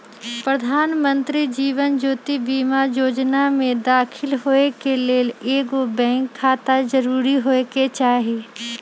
प्रधानमंत्री जीवन ज्योति बीमा जोजना में दाखिल होय के लेल एगो बैंक खाता जरूरी होय के चाही